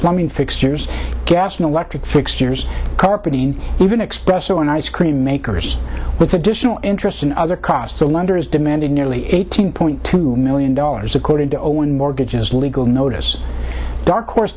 plumbing fixtures gas and electric fixtures carpeting even espresso and ice cream makers with additional interest and other costs the lenders demanded nearly eighteen point two million dollars according to olin mortgages legal notice darkhorse